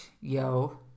yo